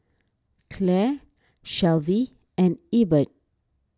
Claire Shelvie and Ebert